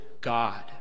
God